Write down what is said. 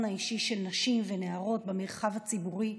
האישי של נשים ונערות במרחב הציבורי,